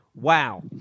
wow